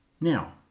Now